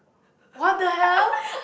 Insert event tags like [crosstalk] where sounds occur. [laughs]